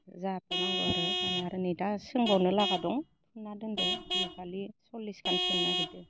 जाबावनांगौ आरो जानाया आरो नै दा सोंबावनोलागा दं सोंना दोन्दो बिहु फालि सल्लिसखान सोंनो नागिरदो